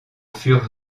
furent